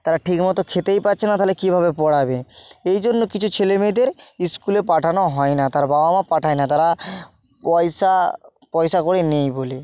তারা ঠিক মতো খেতেই পারছে না তাহলে কীভাবে পড়াবে এই জন্য কিছু ছেলে মেয়েদের ইস্কুলে পাঠানো হয় না তাদের বাবা মা পাঠায় না তারা পয়সা পয়সা কড়ি নেই বলে